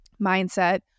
mindset